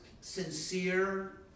sincere